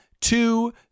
Two